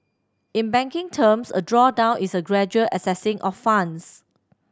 in banking terms a drawdown is a gradual accessing of funds